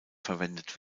verwendet